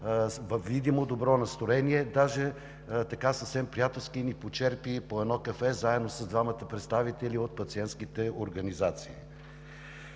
във видимо добро настроение. Даже съвсем приятелски ни почерпи по едно кафе, заедно с двамата представители от пациентските организации.